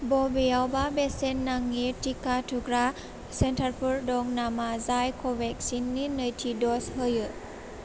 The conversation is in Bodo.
बबेयावबा बेसेन नाङि टिका थुग्रा सेन्टारफोर दं नामा जाय कभेक्सिननि नैथि द'ज होयो